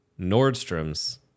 Nordstrom's